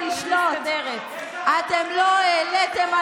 עוד לא ראית.